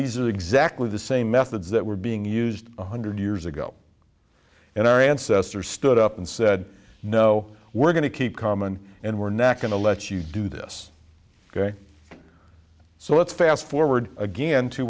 these are exactly the same methods that were being used one hundred years ago and our ancestors stood up and said no we're going to keep common and we're not going to let you do this ok so let's fast forward again to